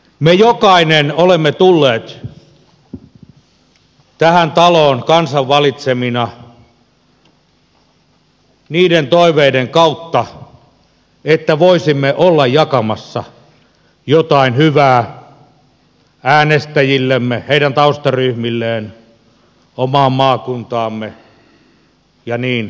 meistä jokainen on tullut tähän taloon kansan valitsemana niiden toiveiden kautta että voisimme olla jakamassa jotain hyvää äänestäjillemme heidän taustaryhmilleen omaan maakuntaamme ja niin edelleen